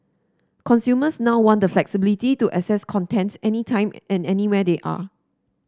consumers now want the flexibility to access content any time and anywhere they are